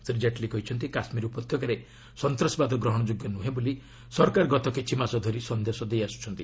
ଶ୍ରୀ ଜେଟ୍ଲୀ କହିଛନ୍ତି କାଶ୍ମୀର ଉପତ୍ୟକାରେ ସନ୍ତାସବାଦ ଗ୍ରହଣଯୋଗ୍ୟ ନୁହେଁ ବୋଲି ସରକାର ଗତ କିଛି ମାସ ଧରି ସନ୍ଦେଶ ଦେଇଆସୁଛନ୍ତି